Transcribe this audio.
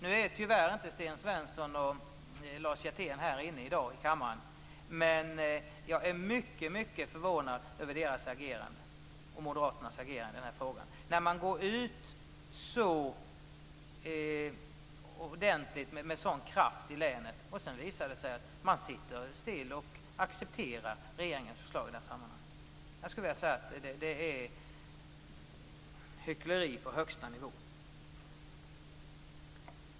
Nu är tyvärr inte Sten Svensson och Lars Hjertén här i kammaren i dag, men jag vill säga att jag är mycket förvånad över deras och moderaternas agerande i den här frågan. Man går ut med en sådan kraft i länet, och sedan visar det sig att man sitter still och accepterar regeringens förslag. Det är hyckleri på högsta nivå.